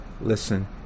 listen